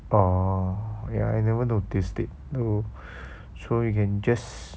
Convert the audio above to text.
orh ya I never noticed it though so you can just